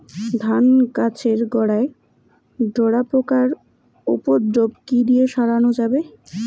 ধান গাছের গোড়ায় ডোরা পোকার উপদ্রব কি দিয়ে সারানো যাবে?